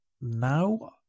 now